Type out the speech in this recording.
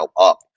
up